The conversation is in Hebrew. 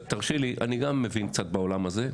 תרשי לי, אני גם מבין קצת בעולם הזה.